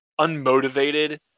unmotivated